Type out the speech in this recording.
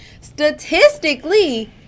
Statistically